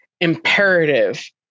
imperative